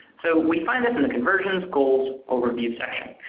so we find this and the conversions, goals, overview section.